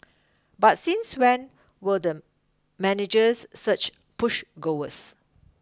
but since when were the managers such push goers